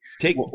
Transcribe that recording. Take